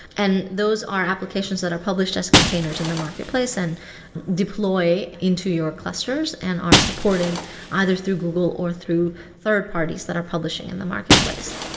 and those are applications that are published as containers in the marketplace and deploy into your clusters and are supported either through google or through third-parties that are publishing in the marketplace.